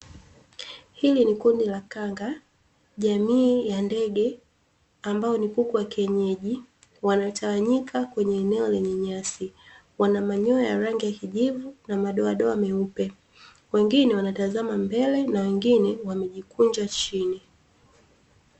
Hili ni kundi la kanga, jamii ya ndege, ambao ni kuku wa kienyeji, wanatawanyika kwenye eneo lenye nyasi. Wana manyoya ya rangi ya kijivu na madoadoa meupe. Wengine wanatazama mbele na wengine wamejikunja chini.